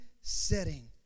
setting